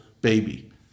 baby